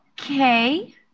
okay